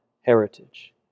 heritage